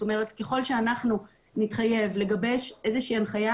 ככל שאנחנו נתחייב לגבש איזה שהיא הנחיה